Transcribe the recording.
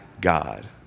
God